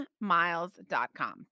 miles.com